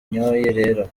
rero